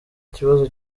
kibazo